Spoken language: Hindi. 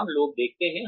हम लोग देखते हैं